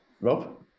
Rob